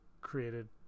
created